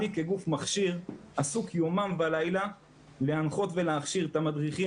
אני כגוף מכשיר עסוק יומם ולילה להנחות ולהכשיר את המדריכים